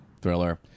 thriller